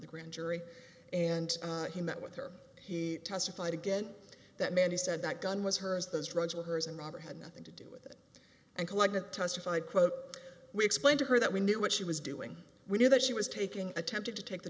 the grand jury and he met with her he testified again that man he said that gun was hers those drugs were hers and robber had nothing to do with and collected testified quote we explained to her that we knew what she was doing we knew that she was taking attempted to take the